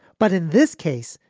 but in this case,